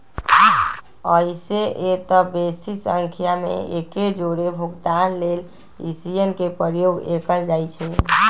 अइसेए तऽ बेशी संख्या में एके जौरे भुगतान लेल इ.सी.एस के प्रयोग कएल जाइ छइ